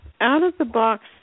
out-of-the-box